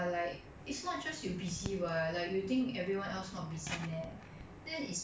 you pull in less so less effort but you get the same grades because of no peer evaluation